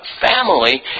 family